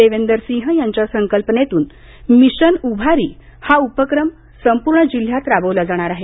देवेंदर सिंह यांच्या संकल्पनेतून मिशन उभारी हा उपक्रम संपूर्ण जिल्ह्यात राबवला जाणार आहे